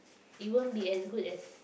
it won't be as good as